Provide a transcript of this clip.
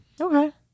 Okay